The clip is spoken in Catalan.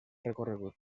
recorregut